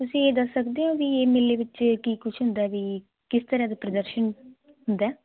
ਤੁਸੀਂ ਦੱਸ ਸਕਦੇ ਹੋ ਵੀ ਮੇਲੇ ਵਿੱਚ ਕੀ ਕੁਝ ਹੁੰਦਾ ਵੀ ਕਿਸ ਤਰ੍ਹਾਂ ਦੇ ਪ੍ਰਦਰਸ਼ਨ ਹੁੰਦਾ